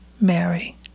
Mary